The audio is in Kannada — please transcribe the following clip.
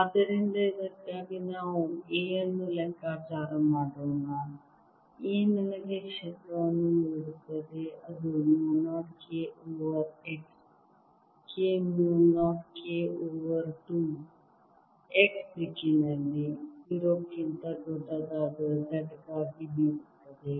ಆದ್ದರಿಂದ ಇದಕ್ಕಾಗಿ ನಾವು A ಅನ್ನು ಲೆಕ್ಕಾಚಾರ ಮಾಡೋಣ A ನನಗೆ ಕ್ಷೇತ್ರವನ್ನು ನೀಡುತ್ತದೆ ಅದು mu 0 K over x K ಮ್ಯೂ 0 K ಓವರ್ 2 x ದಿಕ್ಕಿನಲ್ಲಿ 0 ಕ್ಕಿಂತ ದೊಡ್ಡದಾದ z ಗಾಗಿ ನೀಡುತ್ತದೆ